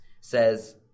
says